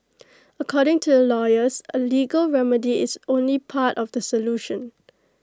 according to the lawyers A legal remedy is only part of the solution